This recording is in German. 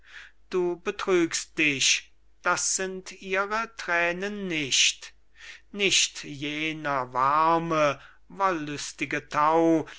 du betrügst dich das sind ihre thränen nicht nicht jener warme wollüstige